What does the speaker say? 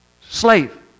Slave